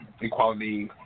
equality